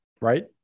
right